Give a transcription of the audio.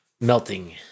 melting